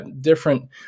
different